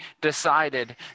decided